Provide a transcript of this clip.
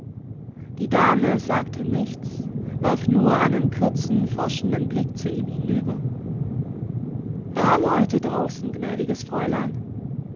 die dame sagte nichts warf nur einen kurzen forschenden blick zu ihm hinüber warm heute draussen gnädiges fräulein